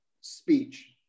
speech